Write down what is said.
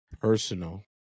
personal